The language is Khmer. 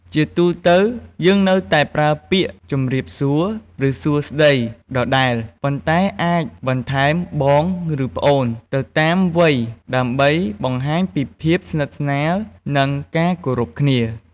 ជាទូទៅ យើងនៅតែប្រើពាក្យ "ជម្រាបសួរ" ឬ "សួស្តី" ដដែល ប៉ុន្តែអាចបន្ថែម "បង" ឬ "ប្អូន" ទៅតាមវ័យ ដើម្បីបង្ហាញពីភាពស្និទ្ធស្នាល និងការគោរពគ្នា។